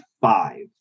five